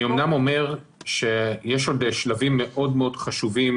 אני אומנם אומר שיש עוד שלבים מאוד מאוד חשובים